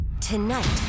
Tonight